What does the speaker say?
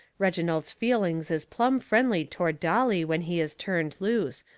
reginald's feelings is plumb friendly toward dolly when he is turned loose,